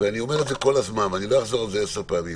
אני אומר את זה כל הזמן ואני לא אחזור על זה עשר פעמים.